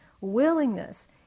willingness